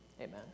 amen